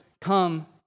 come